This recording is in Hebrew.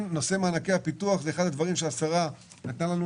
נושא מענקי הפיתוח הוא אחד הדברים שהשרה נתנה לנו